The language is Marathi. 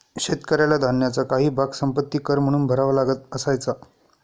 शेतकऱ्याला धान्याचा काही भाग संपत्ति कर म्हणून भरावा लागत असायचा